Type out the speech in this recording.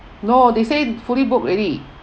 no they say fully booked already